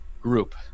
group